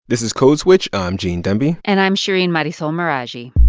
this is code switch. i'm gene demby and i'm shereen marisol meraji